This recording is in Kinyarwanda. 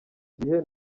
gihe